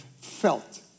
felt